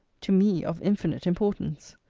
to me of infinite importance.